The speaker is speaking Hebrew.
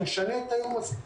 נשנה את גם את זה.